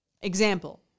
Example